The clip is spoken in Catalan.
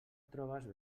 trobes